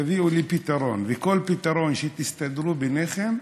תביאו לי פתרון, וכל פתרון שתסתדרו ביניכם,